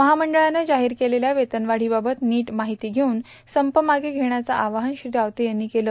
महामंडळानं जाहीर केलेल्या वेतनवादीबाबत नीट माहिती घेऊन संप मागे घेण्याचं आवाहन श्री रावते यांनी केलं